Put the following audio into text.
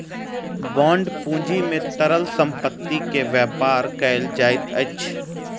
bond पूंजी में तरल संपत्ति के व्यापार कयल जाइत अछि